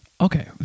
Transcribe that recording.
Okay